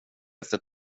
efter